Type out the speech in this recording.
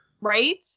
Right